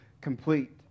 complete